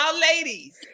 ladies